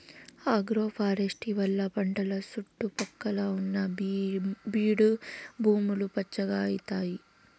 agroforestry వల్ల పంటల సుట్టు పక్కల ఉన్న బీడు భూములు పచ్చగా అయితాయి